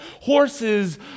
Horses